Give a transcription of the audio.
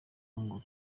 ngo